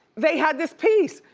they had this piece!